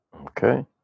Okay